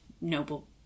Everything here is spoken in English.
noble